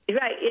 Right